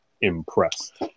impressed